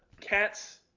cats –